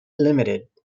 limited